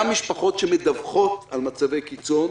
גם משפחות שמדווחות על מצבי קיצון,